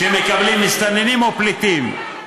שמקבלים מסתננים או פליטים?